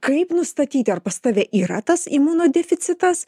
kaip nustatyti ar pas tave yra tas imunodeficitas